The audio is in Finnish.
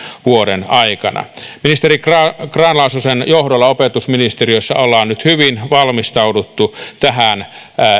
vuoden aikana ministeri grahn grahn laasosen johdolla opetusministeriössä ollaan nyt hyvin valmistauduttu tähän